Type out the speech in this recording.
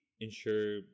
ensure